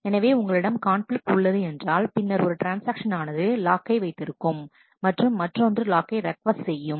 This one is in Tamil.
எனவே உங்களிடம் கான்பிலிக்ட் உள்ளது என்றாள் பின்னர் ஒரு ட்ரான்ஸ்ஆக்ஷன் ஆனது லாக்கை வைத்து இருக்கும் மற்றும் மற்றொன்று லாக்கை ரெக்கொஸ்ட் செய்யும்